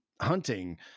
hunting